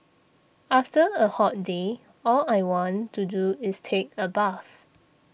after a hot day all I want to do is take a bath